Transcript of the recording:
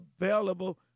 available